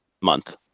month